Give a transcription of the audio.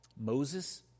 Moses